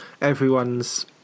everyone's